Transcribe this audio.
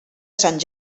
sant